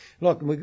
look